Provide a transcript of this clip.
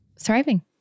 thriving